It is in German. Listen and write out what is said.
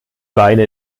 beine